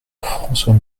françois